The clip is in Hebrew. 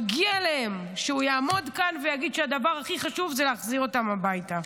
מגיע להם שהוא יעמוד כאן ויגיד שהדבר הכי חשוב זה להחזיר אותם הביתה.